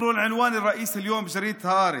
אני פונה אליכם ואני פונה אל הנהגת התנועה האסלאמית,